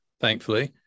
thankfully